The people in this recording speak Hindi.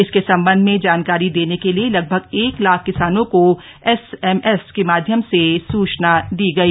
इसके संबंध में जानकारी देने के लिए लगभग एक लाख किसानों को एस एमएस के माध्यम से सूचना दी गई